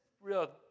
real